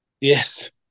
Yes